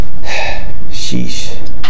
Sheesh